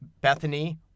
Bethany